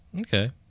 Okay